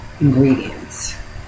ingredients